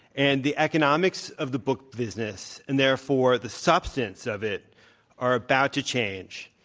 and the economics of the book business and therefore, the substance of it are about to change.